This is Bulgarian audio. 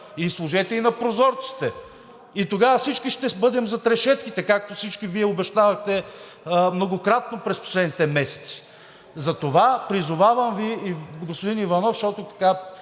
сложете и на прозорците и тогава всички ще бъдем зад решетките, както всички Вие обещавахте многократно през последните месеци. Затова, призовавам Ви – и господин Иванов, защото